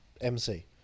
MC